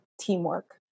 teamwork